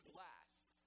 last